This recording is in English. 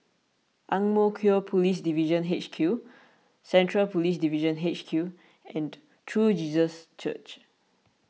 Ang Mo Kio Police Divisional H Q Central Police Division H Q and True Jesus Church